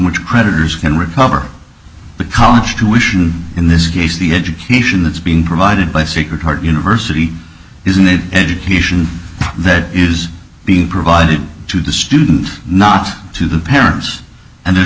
which creditors can recover but college tuition in this case the education that's being provided by sacred heart university isn't it education that is being provided to the student not to the parents and there's